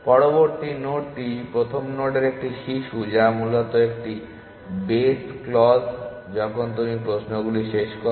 পরবর্তী নোডটি প্রথম নোডের একটি শিশু যা মূলত একটি বেস ক্লজ যখন তুমি প্রশ্নগুলি শেষ করো